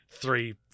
three